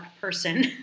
person